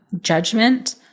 judgment